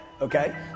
okay